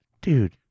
dude